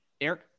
Eric